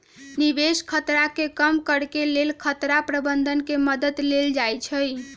निवेश खतरा के कम करेके लेल खतरा प्रबंधन के मद्दत लेल जाइ छइ